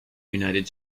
united